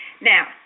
Now